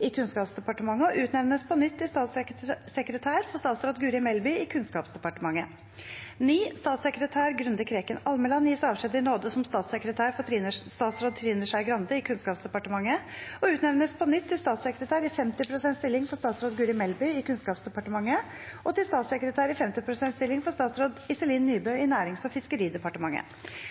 i Kunnskapsdepartementet og utnevnes på nytt til statssekretær for statsråd Guri Melby i Kunnskapsdepartementet. Statssekretær Grunde Kreken Almeland gis avskjed i nåde som statssekretær for statsråd Trine Skei Grande i Kunnskapsdepartementet og utnevnes på nytt til statssekretær i 50 prosent stilling for statsråd Guri Melby i Kunnskapsdepartementet og til statssekretær i 50 prosent stilling for statsråd Iselin Nybø i Nærings- og fiskeridepartementet.